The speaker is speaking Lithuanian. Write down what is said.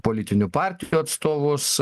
politinių partijų atstovus